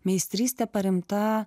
meistrystė paremta